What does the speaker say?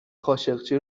خاشقچی